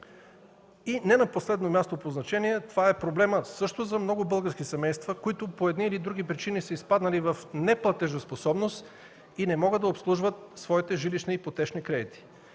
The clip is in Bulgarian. И не на последно място по значение, това е проблем за много български семейства, които по едни или други причини са изпаднали в неплатежоспособност и не могат да обслужват своите жилищни ипотечни кредити.